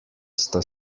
sta